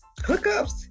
Hookups